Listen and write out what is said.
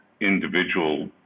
individual